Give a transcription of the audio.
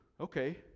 okay